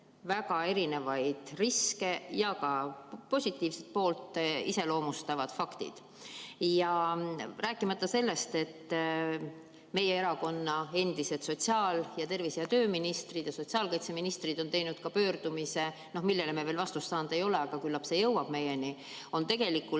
väga erinevaid riske ja ka positiivset poolt iseloomustavad faktid. Meie erakonna endised sotsiaal- ning tervise- ja tööministrid ja sotsiaalkaitseministrid on teinud pöördumise, millele me vastust saanud ei ole. Aga küllap see jõuab meieni. Tegelikult